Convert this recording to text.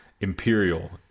imperial